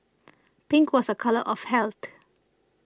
pink was a colour of health